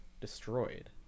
destroyed